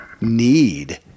need